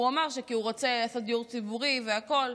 הוא אמר שזה כי הוא רוצה לעשות דיור ציבורי והכול.